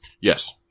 Yes